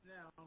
Now